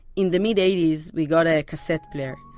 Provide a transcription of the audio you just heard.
in the mid-eighties we got a cassette player,